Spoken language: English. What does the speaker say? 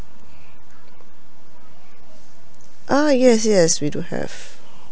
ah yes yes we do have